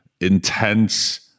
intense